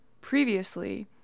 previously